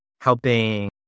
helping